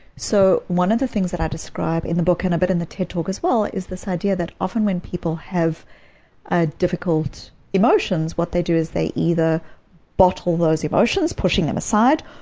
so one of the things that i describe in the book, and a bit in the ted talk as well, is this idea that often when people have ah difficult emotions, what they do is they either bottle those emotions, pushing them aside,